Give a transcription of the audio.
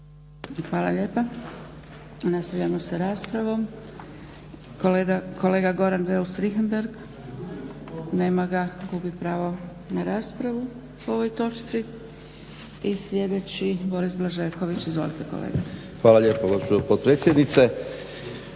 Hvala lijepa. Nastavljamo sa raspravom. Kolega Goran Beus Richembergh, nema ga. Gubi pravo na raspravu po ovoj točci. I sljedeći Boris Blažeković. Izvolite kolega. **Blažeković, Boris